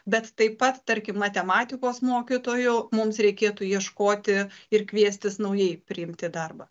bet taip pat tarkim matematikos mokytų mums reikėtų ieškoti ir kviestis naujai priimti į darbą